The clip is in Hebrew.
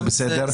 זה בסדר,